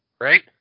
Right